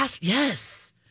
Yes